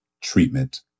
treatment